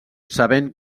sabent